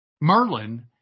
Merlin